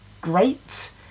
great